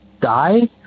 die